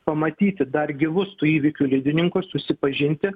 pamatyti dar gyvus tų įvykių liudininkus susipažinti